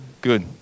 Good